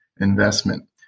investment